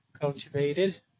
cultivated